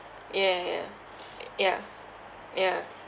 ya ya ya ya